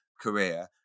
career